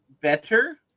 better